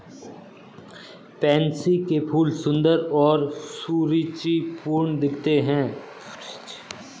pansy के फूल सुंदर और सुरुचिपूर्ण दिखते हैं